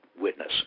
witness